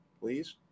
please